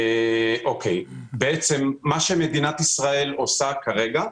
מה שמדינת ישראל עושה כרגע,